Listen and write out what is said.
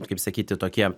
kaip sakyti tokie